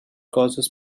causes